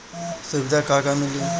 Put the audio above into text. सुविधा का का मिली?